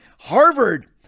Harvard